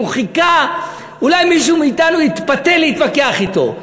הוא חיכה, אולי מישהו מאתנו יתפתה להתווכח אתו.